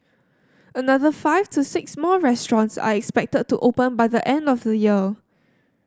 another five to six more restaurants are expected to open by the end of the year